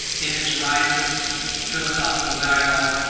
in this riotous philosophical dialogue,